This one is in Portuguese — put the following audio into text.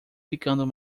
ficando